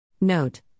Note